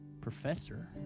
professor